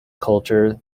culture